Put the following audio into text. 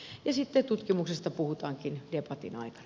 ja sitten tutkimuksesta puhutaankin debatin aikana